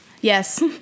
Yes